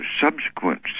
subsequent